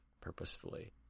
purposefully